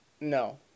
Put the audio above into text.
no